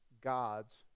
God's